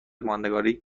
ماندگاری